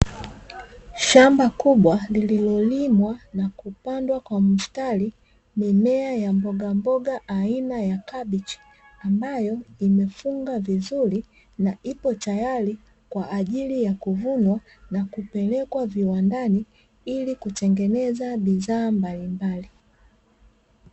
Shamba kubwa liliolimwa na kupandwa kwa mstari mimea ya mbogamboga aina ya kabichi, ambayo imefunga vizuri na ipo tayari kwa ajili ya kuvunwa na kupelekwa viwandani ili kutengeneza bidhaa mbalimbali.